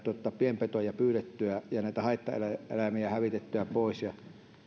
pienpetoja pyydettyä ja näitä haittaeläimiä hävitettyä pois